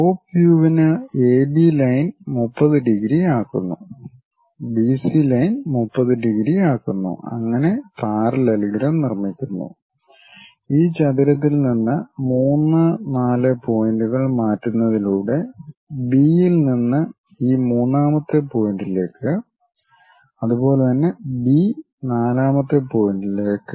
top view വിന് AB line 30 degree ആക്കുന്നു BC line 30 degree ആക്കുന്നു അങ്ങനെ പാരലലഗ്രം നിർമ്മിക്കുന്നു ഈ ചതുരത്തിൽ നിന്ന് 3 4 പോയിന്റുകൾ മാറ്റുന്നതിലൂടെ ബിയിൽ നിന്ന് ഈ മൂന്നാമത്തെ പോയിന്റിലേക്ക് അതുപോലെ തന്നെ ബി നാലാമത്തെ പോയിന്റിലേക്ക്